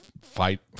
fight